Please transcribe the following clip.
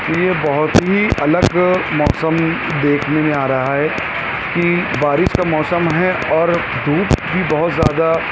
یہ بہت ہی الگ موسم دیکھنے میں آ رہا ہے کہ بارش کا موسم ہے اور دھوپ بھی بہت زیادہ